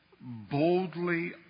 boldly